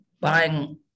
buying